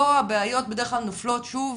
פה הבעיות בדרך כלל נופלות שוב